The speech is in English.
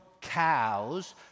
cows